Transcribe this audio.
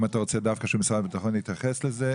אם אתה רוצה דווקא שמשרד הביטחון יתייחס לזה,